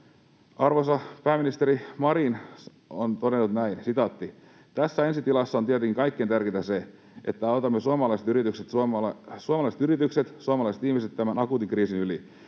Arvoisa pääministeri Marin on todennut näin: ”Tässä ensi tilassa on tietenkin kaikkein tärkeintä se, että autamme suomalaiset yritykset, suomalaiset ihmiset tämän akuutin kriisin yli.